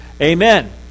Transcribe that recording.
Amen